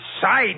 side